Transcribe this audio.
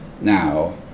now